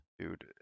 dude